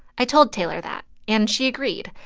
i told taylor that, and she agreed.